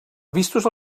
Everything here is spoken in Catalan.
vistos